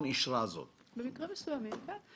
במקרים מסוימים כן.